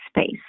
space